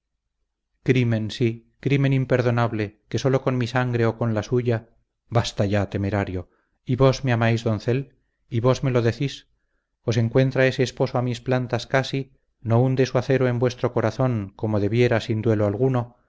crimen sí crimen imperdonable que sólo con mi sangre o con la suya basta ya temerario y vos me amáis doncel y vos me lo decís os encuentra ese esposo a mis plantas casi no hunde su acero en vuestro corazón como debiera sin duelo alguno